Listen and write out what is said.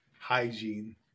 hygiene